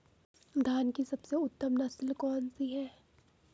धान की सबसे उत्तम नस्ल कौन सी है?